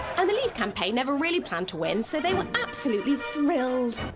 and the leave campaign never really planned to win, so they were absolutely thrilled.